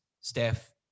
Steph